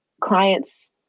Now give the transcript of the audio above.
clients